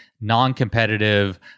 non-competitive